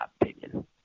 opinion